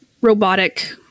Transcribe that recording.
robotic